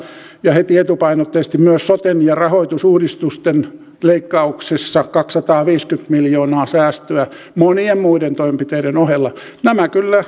ja heti etupainotteisesti myös soten ja rahoitusuudistusten leikkauksissa kaksisataaviisikymmentä miljoonaa säästöä monien muiden toimenpiteiden ohella